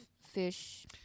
fish